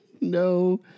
no